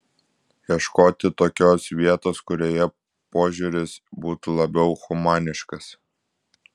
ieškoti tokios vietos kurioje požiūris būtų labiau humaniškas